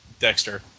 Dexter